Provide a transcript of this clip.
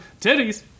Titties